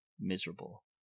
miserable